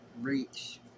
reach